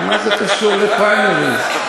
מה זה קשור לפריימריז?